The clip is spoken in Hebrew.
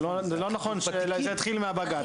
זה לא נכון שזה התחיל מהבג"צ,